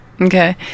Okay